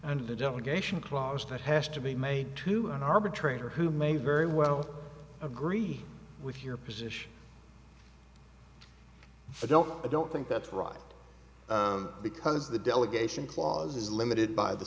and the delegation clause that has to be made to an arbitrator who may very well agree with your position i don't i don't think that's right because the delegation clause is limited by the